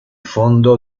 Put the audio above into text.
fondo